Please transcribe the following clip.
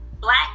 black